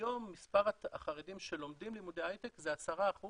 היום מספר החרדים שלומדים לימודי הייטק זה 10%